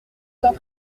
teint